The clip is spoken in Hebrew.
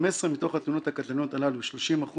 15 מתוך התאונות הקטלניות הללו, 30%,